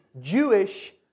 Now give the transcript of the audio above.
Jewish